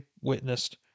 witnessed